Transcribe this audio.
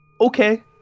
Okay